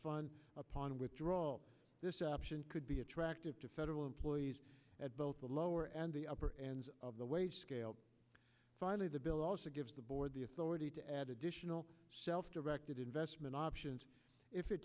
fund upon withdrawal this option could be attractive to federal employees at both the lower and the upper end of the wage scale finally the bill also gives the board the authority to add additional self directed investment options if it